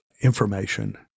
information